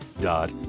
dot